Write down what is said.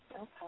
okay